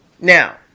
Now